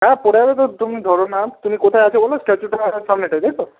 হ্যাঁ পনেরো তো তুমি ধরো নাও তুমি কোথায় আছো বলো স্ট্যাচুটার সামনেটায় তাই তো